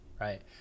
right